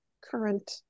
current